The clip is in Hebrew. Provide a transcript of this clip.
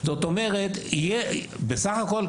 בסך הכול,